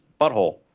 butthole